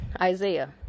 Isaiah